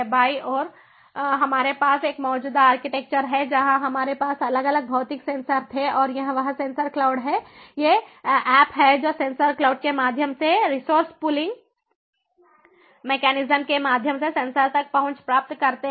बाईं ओर हमारे पास यह मौजूदा आर्किटेक्चर है जहां हमारे पास अलग अलग भौतिक सेंसर थे और यह वह सेंसर क्लाउड और ये ऐप हैं जो सेंसर क्लाउड के माध्यम से रीसोर्स पूलिंग मेकैनिजम्स के माध्यम से सेंसर तक पहुंच प्राप्त करते हैं